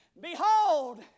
Behold